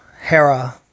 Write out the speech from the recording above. Hera